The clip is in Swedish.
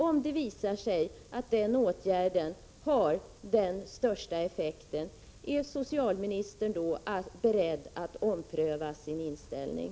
Om det visar sig att åtgärden att tillförsäkra dem som lämnar aidsprov anonymitet har den största effekten, är socialministern då beredd att ompröva sin inställning?